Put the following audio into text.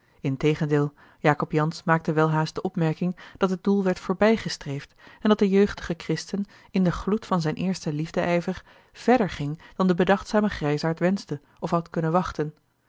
integendeel jacob jansz maakte welhaast de opmerking dat het doel werd voorbijgestreefd en dat de jeugdige christen in den gloed van zijn eersten liefdeijver verder ging dan de bedachta l g bosboom-toussaint de delftsche wonderdokter eel grijsaard wenschte of had kunnen wachten